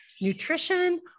nutrition